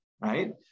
right